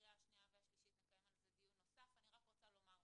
אז פה אני רוצה לשאול האם האישור של שר המשפטים או